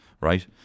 right